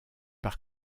par